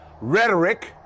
rhetoric